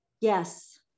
Yes